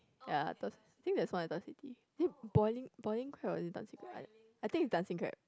ya Turf I think there's one at Turf City is it boiling Boiling-Crab or is it Dancing-Crab I think is Dancing-Crab